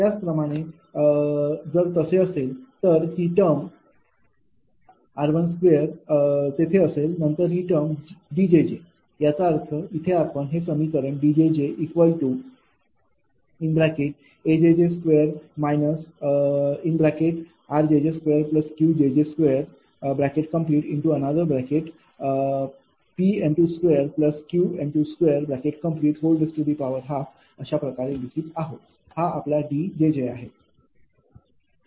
त्याचप्रमाणे जर तसे असेल तर ही टर्म r2 तेथे असेल नंतर ही टर्म D याचा अर्थ इथे आपण हे समीकरण 𝐷𝑗𝑗A2𝑗𝑗−r2𝑗𝑗x2𝑗𝑗P2Q212अशाप्रकारे लिहित आहोत हा आपला D आहे